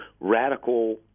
radical